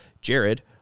Jared